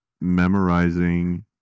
memorizing